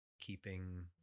keeping